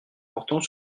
portant